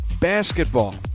basketball